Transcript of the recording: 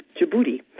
Djibouti